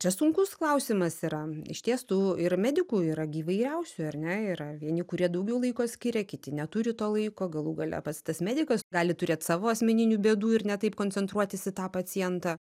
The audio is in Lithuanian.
čia sunkus klausimas yra išties tų ir medikų yra gi įvairiausių ar ne yra vieni kurie daugiau laiko skiria kiti neturi to laiko galų gale pats tas medikas gali turėt savo asmeninių bėdų ir ne taip koncentruotis į tą pacientą